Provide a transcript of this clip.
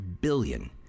billion